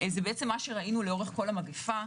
זה מה שראינו לאורך כל המגפה.